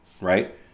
right